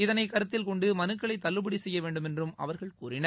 இதனை கருத்தில் கொண்டு மனுக்களை தள்ளுபடி செய்ய வேண்டுமென்றும் அவர்கள் கோரினர்